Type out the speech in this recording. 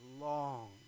long